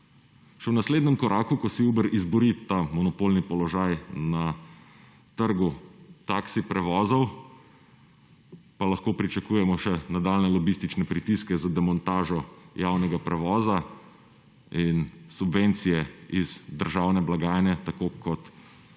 Še v naslednjem koraku, ko si Uber izbori ta monopolni položaj na trgu taksi prevozov, pa lahko pričakujemo še nadaljnje lobistične pritiske za demontažo javnega prevoza in subvencije iz državne blagajne tako kot se